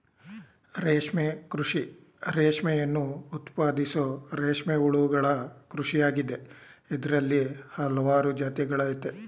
ರೇಷ್ಮೆ ಕೃಷಿ ರೇಷ್ಮೆಯನ್ನು ಉತ್ಪಾದಿಸೋ ರೇಷ್ಮೆ ಹುಳುಗಳ ಕೃಷಿಯಾಗಿದೆ ಇದ್ರಲ್ಲಿ ಹಲ್ವಾರು ಜಾತಿಗಳಯ್ತೆ